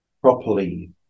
properly